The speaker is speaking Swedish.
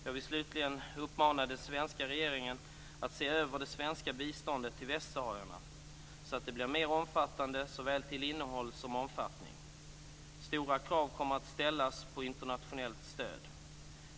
Jag vill slutligen uppmana den svenska regeringen att se över det svenska biståndet till västsaharierna, så att det blir mer omfattande såväl till innehåll som omfattning. Stora krav kommer att ställas på internationellt stöd.